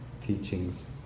teachings